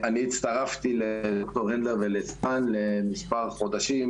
הצטרפתי לדר' הנדלר וסיוון מספר חודשים